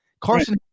Carson